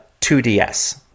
2DS